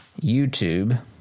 YouTube